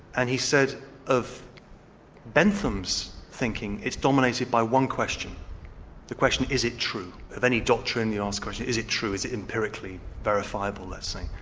and he said of bentham's thinking, it's dominated by one question the question, is it true? of any doctrine you ask, is it true, is it empirically verifiable, let's say?